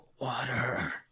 Water